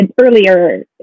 earlier